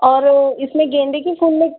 और इसमें गेंदे के फूल में